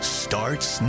starts